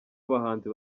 abahanzi